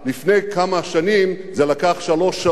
לפני כמה שנים זה לקח שלוש שעות.